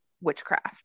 witchcraft